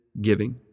giving